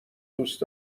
دوست